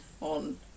on